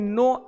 no